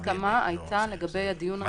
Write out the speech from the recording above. ההסכמה הייתה לגבי הדיון הראשון של מעצר ימים.